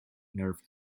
nerve